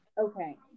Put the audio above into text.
Okay